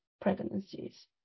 pregnancies